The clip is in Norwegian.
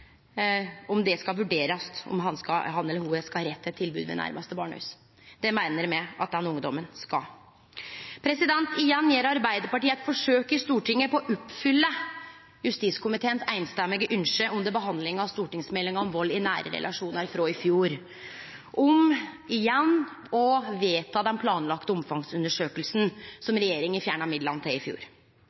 og overgrep, skal ha rett til tilbod ved nærmaste barnehus. Det meiner me at den ungdomen skal. Igjen gjer Arbeidarpartiet eit forsøk i Stortinget på å oppfylle eit samrøystes ønske frå justiskomiteen under behandlinga av stortingsmeldinga om vald i nære relasjonar frå i fjor, om å vedta den planlagde omfangsundersøkinga som regjeringa fjerna midlane til i fjor.